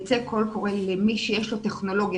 ייצא קול קורא למי שיש לו טכנולוגיה